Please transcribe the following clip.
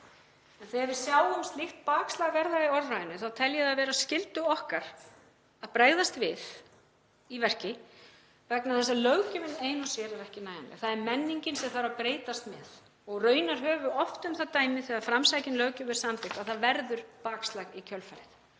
En þegar við sjáum slíkt bakslag verða í orðræðunni þá tel ég það vera skyldu okkar að bregðast við í verki vegna þess að löggjöfin ein og sér er ekki nægjanleg. Menningin þarf að breytast með. Og raunar höfum við oft um það dæmi þegar framsækin löggjöf er samþykkt að það verður bakslag í kjölfarið.